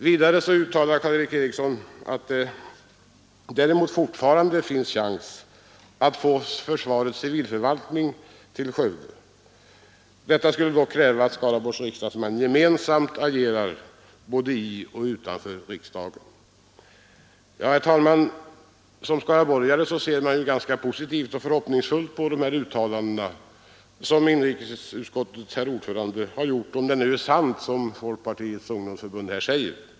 Vidare uttalar Karl Erik Eriksson att det däremot fortfarande finns chans att få försvarets civilförvaltning till Skövde. Detta skulle dock kräva att Skaraborgs riksdagsmän gemensamt agerar, både i och utanför riksdagen. Herr talman! Som skaraborgare ser man ganska positivt och förhoppningsfullt på dessa uttalanden som inrikesutskottets herr ordförande har gjort — om det nu är sant som Folkpartiets ungdomsförbund här säger.